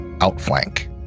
outflank